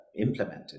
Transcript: implemented